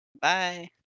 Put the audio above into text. Bye